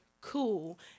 Cool